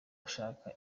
gushaka